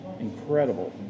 Incredible